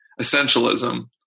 Essentialism